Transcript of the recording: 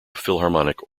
philharmonic